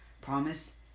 Promise